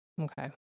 Okay